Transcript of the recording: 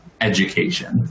education